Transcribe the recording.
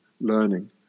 learning